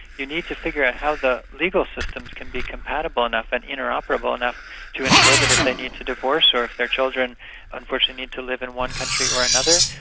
you need to figure out how the legal systems can be compatible enough and interoperable enough to ensure that if they need to divorce or if their children unfortunately need to live in one country or another,